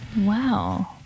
Wow